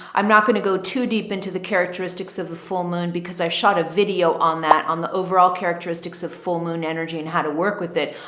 i'm not going to go too deep into the characteristics of a full moon because i shot a video on that on the overall characteristics of full moon energy and how to work with it.